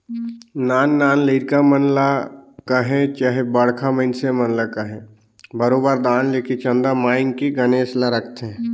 नान नान लरिका मन ल कहे चहे बड़खा मइनसे मन ल कहे बरोबेर दान लेके चंदा मांएग के गनेस ल रखथें